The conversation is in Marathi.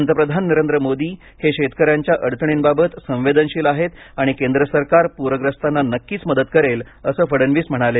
पंतप्रधान नरेंद्र मोदी हे शेतकर्यांरच्या अडचणीबाबत संवेदनशील आहेत आणि केंद्र सरकार पूर्यस्तांना नक्कीच मदत करेल असं फडणवीस म्हणाले